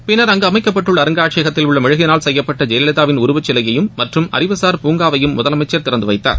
பின்னா் அங்கு அமைக்கப்பட்டுள்ள அருங்காட்சியகத்தில் உள்ள மெழிகினால் செய்யப்பட்ட ஜெயலலிதாவின் உருவச்சிலையயும் மற்றும் அறிவுசார் பூங்காவையும் முதலமைச்சர் திறந்து வைத்தார்